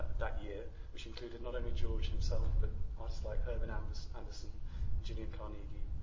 that year which included not only george himself but artists like herman and so andersen gillian carnegie,